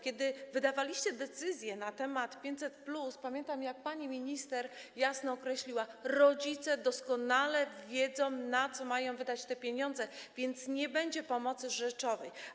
Kiedy wydawaliście decyzję na temat 500+, pamiętam, jak pani minister jasno określiła: rodzice doskonale wiedzą, na co mają wydać te pieniądze, więc nie będzie pomocy rzeczowej.